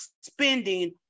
spending